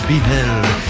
beheld